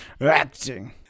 Acting